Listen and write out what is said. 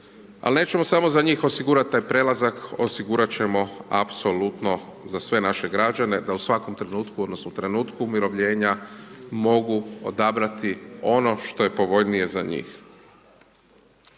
Ali nećemo samo za njih osigurat taj prelazak, osigurat ćemo apsolutno za sve naše građane, da u svakom trenutku odnosno u trenutku umirovljenja mogu odabrati ono što je povoljnije za njih.